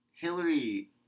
Hillary